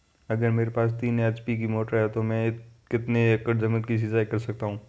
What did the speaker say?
अगर मेरे पास तीन एच.पी की मोटर है तो मैं कितने एकड़ ज़मीन की सिंचाई कर सकता हूँ?